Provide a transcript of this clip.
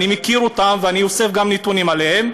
אני מכיר אותם ואני גם אוסף נתונים עליהם,